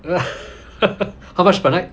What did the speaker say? how much per night